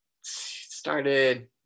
started